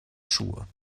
schuhe